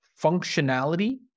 functionality